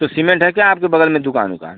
तो सिमेंट है क्या आपके बगल में दुकान उकान